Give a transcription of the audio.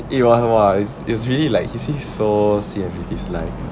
it was !wah! is really like he seemed so sian with his life